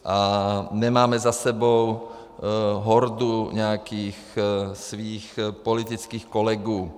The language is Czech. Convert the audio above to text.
A nemáme za sebou hordu nějakých svých politických kolegů.